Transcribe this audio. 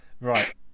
Right